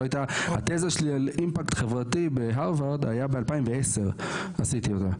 התזה שלי על אימפקט חברתי בהרווארד היה ב-2010 עשיתי אותה,